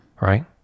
right